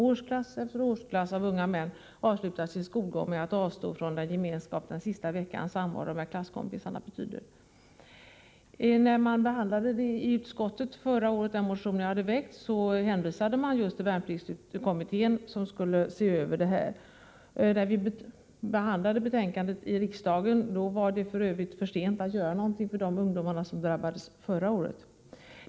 Årsklass efter årsklass av unga män avslutar sin skolgång med att avstå från den gemenskap som den sista veckans samvaro med klasskompisar betyder. När man i utskottet förra året behandlade den motion jag hade väckt, hänvisade man till värnpliktskommittén, som skulle se över det här problemet. När vi behandlade betänkandet i riksdagen var det f. ö. för sent att göra någonting för de ungdomar som drabbades förra året.